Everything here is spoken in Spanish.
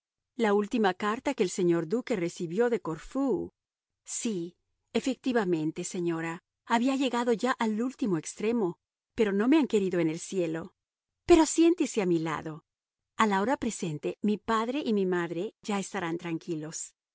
la última carta que el señor duque recibió de corfú sí efectivamente señora había llegado ya al último extremo pero no me han querido en el cielo pero siéntese a mi lado a la hora presente mi padre y mi madre ya estarán tranquilos